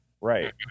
right